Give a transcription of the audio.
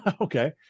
Okay